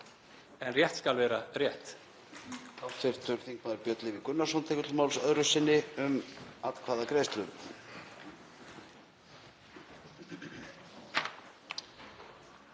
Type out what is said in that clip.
En rétt skal vera rétt.